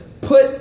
put